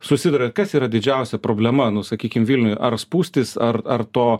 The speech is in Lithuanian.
susiduriat kas yra didžiausia problema nu sakykim vilniuje ar spūstis ar ar to